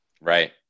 Right